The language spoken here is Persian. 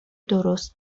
درست